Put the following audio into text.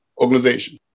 organization